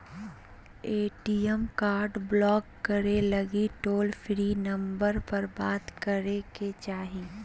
ATM card block करे लगी toll free number पर बात करे के चाही